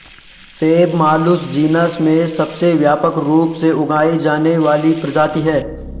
सेब Malus genus में सबसे व्यापक रूप से उगाई जाने वाली प्रजाति है